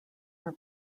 are